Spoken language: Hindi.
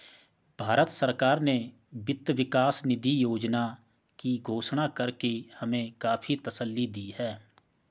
भारत सरकार ने वित्त विकास निधि योजना की घोषणा करके हमें काफी तसल्ली दी है